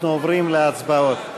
אנחנו עוברים להצבעות.